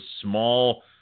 small